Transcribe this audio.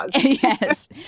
Yes